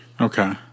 Okay